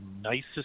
nicest